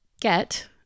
get